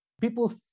People